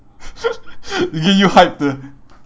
he get you hyped ah